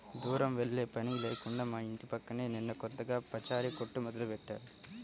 దూరం వెళ్ళే పని లేకుండా మా ఇంటి పక్కనే నిన్న కొత్తగా పచారీ కొట్టు మొదలుబెట్టారు